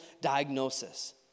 diagnosis